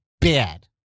bad